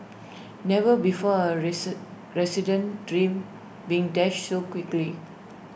never before A resid resident's dream been dashed so quickly